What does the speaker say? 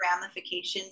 ramifications